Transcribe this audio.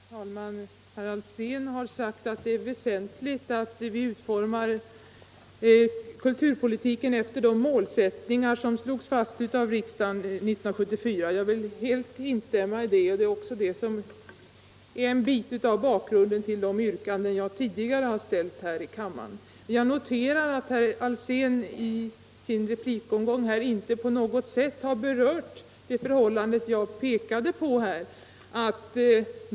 Herr talman! Herr Alsén har sagt att det är väsentligt att vi utformar kulturpolitiken efter de målsättningar som slogs fast av riksdagen 1974. Jag vill helt instämma i detta. Det är också en bit av bakgrunden till de yrkanden som jag tidigare har ställt här i kammaren. Jag noterar att herr Alsén i sin replikomgång inte på något sätt har berört KF:s remissyttrande.